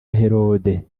herode